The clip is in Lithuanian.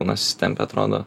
kūnas įsitempia atrodo